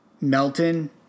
Melton